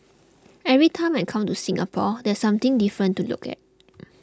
every time I come to Singapore there's something different to look at